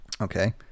okay